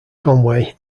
conway